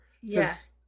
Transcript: Yes